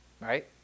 Right